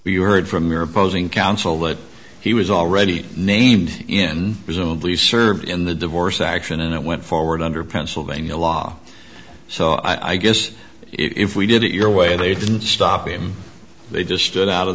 you heard from your opposing counsel but he was already named in presumably served in the divorce action and it went forward under pennsylvania law so i guess if we did it your way and they didn't stop him they just stood out of